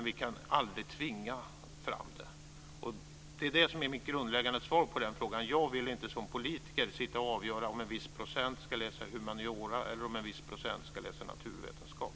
Vi kan aldrig tvinga fram det. Det är det som är mitt grundläggande svar på den frågan. Jag vill inte som politiker avgöra om en viss procent ska läsa humaniora eller om en viss procent ska läsa naturvetenskap.